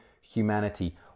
humanity